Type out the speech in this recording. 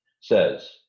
says